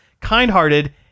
kind-hearted